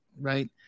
right